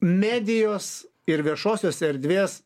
medijos ir viešosios erdvės